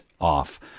off